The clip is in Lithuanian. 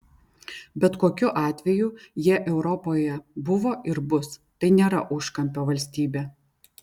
bet kokiu atveju jie europoje buvo ir bus tai nėra užkampio valstybė